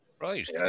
right